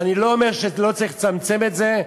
אני לא אומר שלא צריך לצמצם את זה,